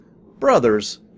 Brothers